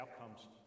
outcomes